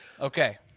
Okay